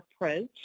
approach